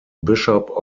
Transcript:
bishop